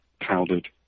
powdered